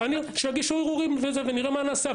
שיגישו ערעורים ונראה מה נעשה,